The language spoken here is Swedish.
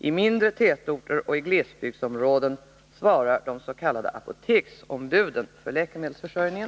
I mindre tätorter och i glesbygdsområden svarar de s.k. apoteksombuden för läkemedelsförsörjningen.